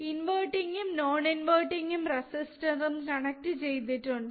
inverting non inverting ഉം resistors ഉം connect ചെയ്തിട്ടുണ്ട്